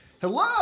hello